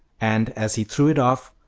and, as he threw it off,